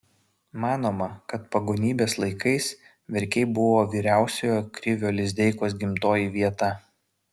manoma kad pagonybės laikais verkiai buvo vyriausiojo krivio lizdeikos gimtoji vieta